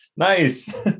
Nice